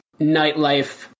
nightlife